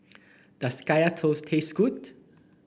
does Kaya Toast taste good